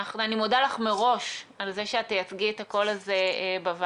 אני מודה לך מראש על זה שאת תייצגי את הקול הזה בוועדה,